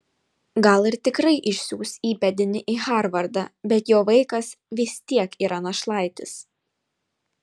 gal ir tikrai išsiųs įpėdinį į harvardą bet jo vaikas vis tiek yra našlaitis